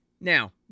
now